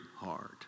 hard